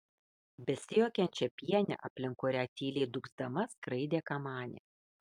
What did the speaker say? besijuokiančią pienę aplink kurią tyliai dūgzdama skraidė kamanė